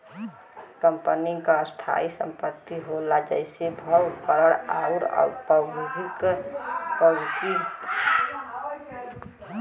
company क स्थायी संपत्ति होला जइसे भवन, उपकरण आउर प्रौद्योगिकी